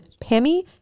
Pammy